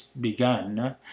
begun